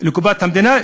לקופת המדינה,